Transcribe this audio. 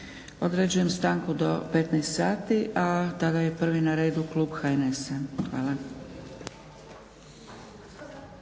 Određujem stanku do 15 sati, a tada je prvi na redu klub HNS-a.Hvala.